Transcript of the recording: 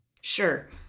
Sure